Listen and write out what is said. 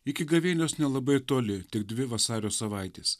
iki gavėnios nelabai ir toli tik dvi vasario savaitės